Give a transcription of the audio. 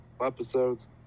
episodes